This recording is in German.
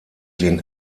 den